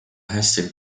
hästi